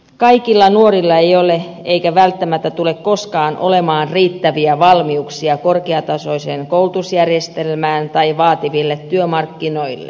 kaikilla nuorilla ei ole eikä välttämättä tule koskaan olemaan riittäviä valmiuksia korkeatasoiseen koulutusjärjestelmään tai vaativille työmarkkinoille